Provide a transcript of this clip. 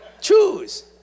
Choose